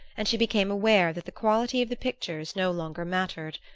and she became aware that the quality of the pictures no longer mattered.